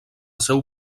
seu